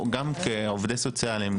גם כעובדים סוציאליים,